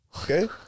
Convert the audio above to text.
Okay